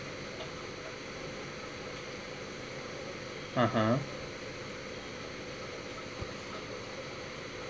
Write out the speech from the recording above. a'ah